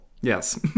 yes